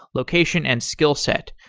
location, and skill set.